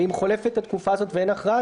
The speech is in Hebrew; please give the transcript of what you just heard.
ואם חולפת התקופה הזאת ואין הכרעה,